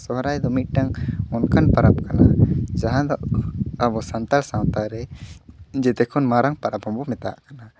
ᱥᱚᱦᱨᱟᱭ ᱫᱚ ᱢᱤᱫᱴᱟᱹᱝ ᱚᱱᱠᱟᱱ ᱯᱚᱨᱚᱵᱽ ᱠᱟᱱᱟ ᱡᱟᱦᱟᱸ ᱫᱚ ᱟᱵᱚ ᱥᱟᱱᱛᱟᱲ ᱥᱟᱶᱛᱟᱨᱮ ᱡᱮᱛᱮ ᱠᱷᱚᱱ ᱢᱟᱨᱟᱝ ᱯᱟᱨᱟᱵᱽ ᱦᱚᱸᱵᱚ ᱢᱮᱛᱟᱣᱟᱜ ᱠᱟᱱᱟ